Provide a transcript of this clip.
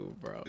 bro